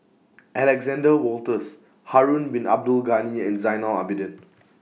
Alexander Wolters Harun Bin Abdul Ghani and Zainal Abidin